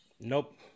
Nope